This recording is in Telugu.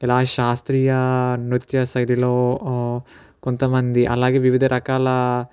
ఇలా శాస్త్రీయ నృత్య శైలిలో కొంతమంది అలాగే వివిధ రకాల